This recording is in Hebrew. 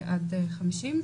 עד 50,